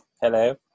Hello